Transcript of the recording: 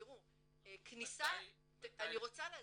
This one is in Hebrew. תראו, אני רוצה להסביר,